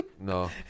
No